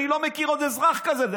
אני לא מכיר עוד אזרח כזה.